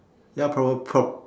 ya proba prob